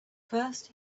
first